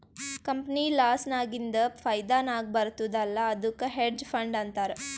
company loss ನಾಗಿಂದ್ ಫೈದಾ ನಾಗ್ ಬರ್ತುದ್ ಅಲ್ಲಾ ಅದ್ದುಕ್ ಹೆಡ್ಜ್ ಫಂಡ್ ಅಂತಾರ್